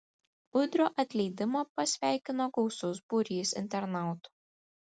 udrio atleidimą pasveikino gausus būrys internautų